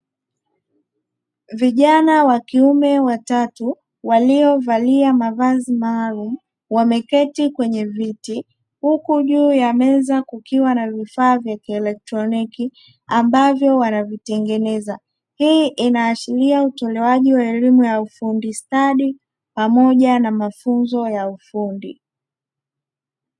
Vijana wa kiume watatu waliovalia mavazi maalum wameketi kwenye viti huku juu ya meza kukiwa na vifaa vya kielektroniki, ambavyo wanavitengeneza, hii inaashiria utolewaji wa elimu ya ufundi stadi pamoja na mafunzo ya ufundi.